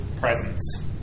presence